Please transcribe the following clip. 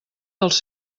dels